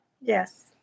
Yes